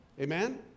Amen